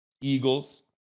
Eagles